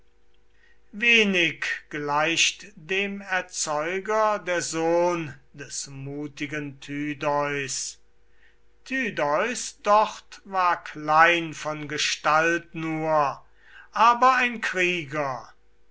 wenig gleicht dem erzeuger der sohn des mutigen tydeus tydeus dort war klein von gestalt nur aber ein krieger